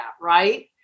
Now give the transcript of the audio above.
right